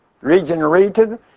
regenerated